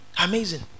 Amazing